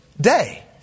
day